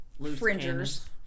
fringers